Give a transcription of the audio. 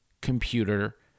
computer